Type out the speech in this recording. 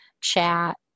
chat